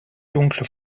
dunkle